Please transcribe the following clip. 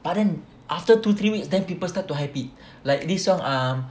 but then after two three weeks then people start to hype it like this song ah